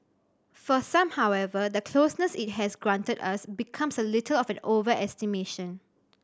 for some however the closeness it has granted us becomes a little of an overestimation